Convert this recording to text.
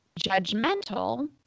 judgmental